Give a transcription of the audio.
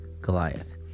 Goliath